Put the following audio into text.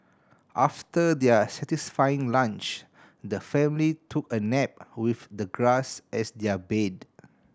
after their satisfying lunch the family took a nap with the grass as their bed